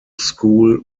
school